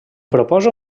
proposa